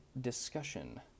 discussion